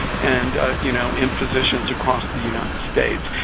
and you know, in physicians across the united states.